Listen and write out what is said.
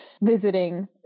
visiting